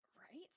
Right